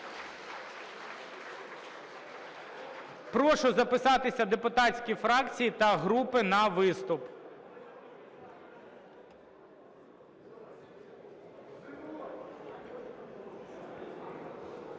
Прошу записатися депутатські фракції та групи на виступ.